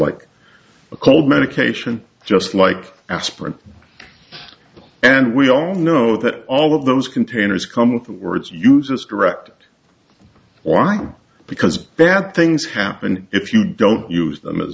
like a cold medication just like aspirin and we all know that all of those containers come with words used as directed why because bad things happen if you don't use them as